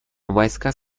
войска